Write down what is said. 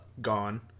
gone